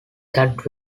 that